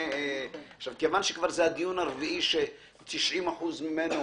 כיוון שזה כבר הדיון הרביעי ש-90% ממנו